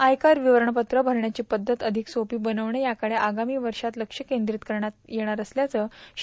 आयकर विवरणपत्र भरण्याची पद्धत अधिक सोपी बनवणं याकडे आगामी वर्षात लब केंद्रीत करणार असल्याचं श्री